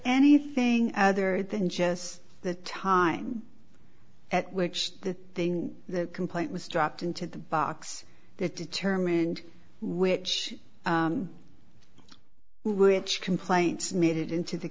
anything other than just the time at which the thing that complaint was dropped into the box that determined which who which complaints made it into the